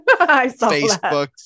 Facebook